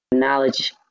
knowledge